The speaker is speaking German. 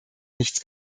nichts